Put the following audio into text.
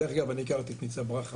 דרך אגב אני הכרתי את ניצב ברכה,